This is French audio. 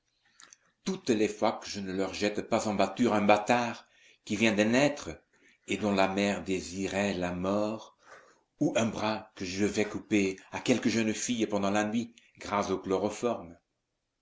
toutes les fois que je ne leur jette pas en pâture un bâtard qui vient de naître et dont la mère désirait la mort ou un bras que je vais couper à quelque jeune fille pendant la nuit grâce au